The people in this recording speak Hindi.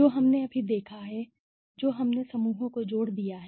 जो हमने अभी देखा है तो हमने समूहों को जोड़ दिया है